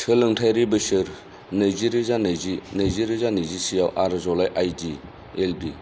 सोलोंथायारि बोसोर नैजि रोजा नैजि नैजि रोजा नैजिसे आव आरजलाय आइ डि एल डि